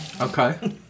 Okay